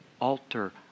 alter